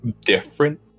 different